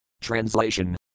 Translation